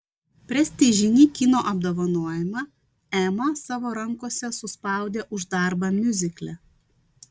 prestižinį kino apdovanojimą ema savo rankose suspaudė už darbą miuzikle